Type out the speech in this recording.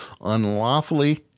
unlawfully